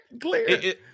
clear